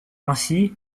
ainsi